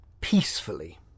peacefully